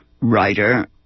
writer